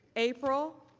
april